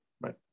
right